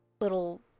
little